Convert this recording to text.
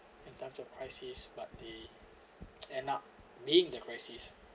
in time of crisis but they end up being the crisis